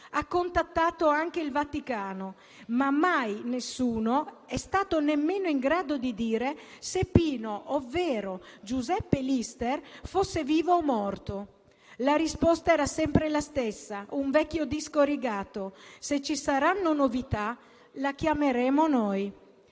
ha contattato anche il Vaticano, ma mai nessuno è stato nemmeno in grado di dire se Pino, ovvero Giuseppe Lister, fosse vivo o morto. La risposta era sempre la stessa, come un vecchio disco rigato: "Se ci saranno novità, la chiameremo noi".